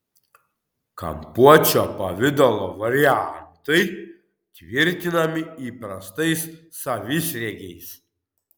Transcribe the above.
kampuočio pavidalo variantai tvirtinami įprastais savisriegiais